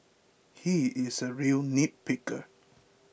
he is a real nitpicker